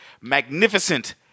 magnificent